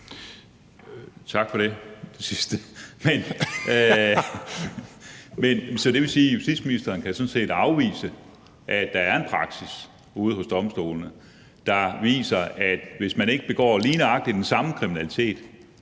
Tak for det sidste. Det vil sige, at justitsministeren sådan set kan afvise, at der er en praksis ude hos domstolene, der viser, at hvis man ikke begår lige nøjagtig den samme kriminalitet,